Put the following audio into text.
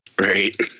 Right